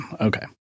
Okay